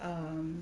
um